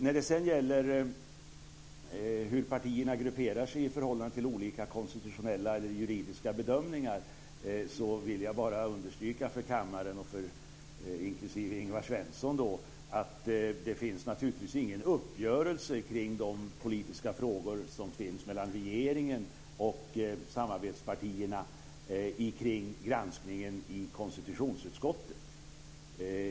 När det sedan gäller hur partierna grupperar sig i förhållande till olika konstitutionella eller juridiska bedömningar vill jag bara understryka för kammaren, inklusive Ingvar Svensson, att det naturligtvis inte finns någon uppgörelse kring de politiska frågor som finns mellan regeringen och samarbetspartierna om granskningen i konstitutionsutskottet.